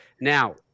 Now